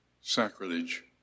sacrilege